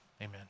amen